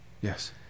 yes